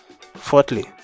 Fourthly